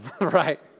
right